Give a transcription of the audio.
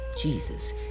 Jesus